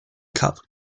cup